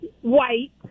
white